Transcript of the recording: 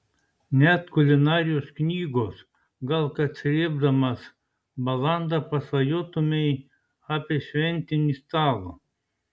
net kulinarijos knygos gal kad srėbdamas balandą pasvajotumei apie šventinį stalą